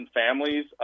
families